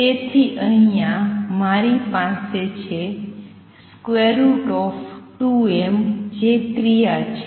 તેથી અહિયાં મારી પાસે છે √ જે ક્રિયા છે